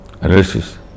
analysis